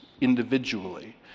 individually